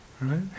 right